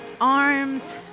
arms